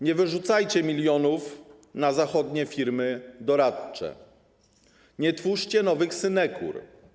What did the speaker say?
Nie wyrzucajcie milionów na zachodnie firmy doradcze, nie twórzcie nowych synekur.